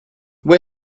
where